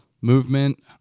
movement